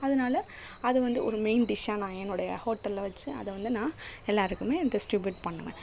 அதனாலே அது வந்து ஒரு மெயின் டிஷ்ஷாக நான் என்னோடைய ஹோட்டலில் வெச்சு அதை வந்து நான் எல்லோருக்குமே டிஸ்ட்ரிபியூட் பண்ணுவேன்